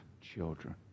children